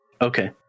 Okay